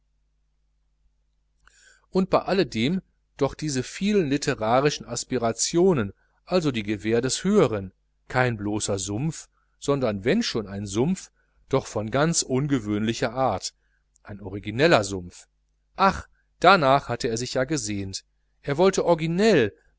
und bei alledem doch diese vielen litterarischen aspirationen also die gewähr des höheren kein bloßer sumpf sondern wenn schon sumpf so doch von ganz ungewöhnlicher art ein origineller sumpf ach darnach hatte er sich ja gesehnt er wollte originell